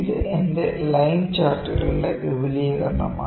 ഇത് എന്റെ ലൈൻ ചാർട്ടുകളുടെ വിപുലീകരണമാണ്